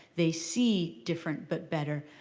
they see different, but better,